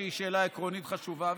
שהיא שאלה עקרונית חשובה,